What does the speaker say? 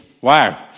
Wow